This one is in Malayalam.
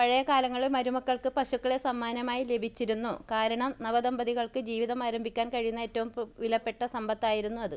പഴയ കാലങ്ങളിൽ മരുമക്കൾക്ക് പശുക്കളെ സമ്മാനമായി ലഭിച്ചിരുന്നു കാരണം നവദമ്പതികൾക്ക് ജീവിതം ആരംഭിക്കാൻ കഴിയുന്ന ഏറ്റവും വിലപ്പെട്ട സമ്പത്തായിരുന്നു അത്